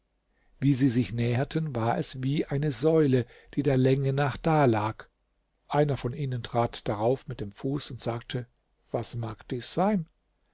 wie sie sich näherten war es wie eine säule die der länge nach dalag einer von ihnen trat darauf mit dem fuß und sagte was mag dies sein